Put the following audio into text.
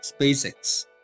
SpaceX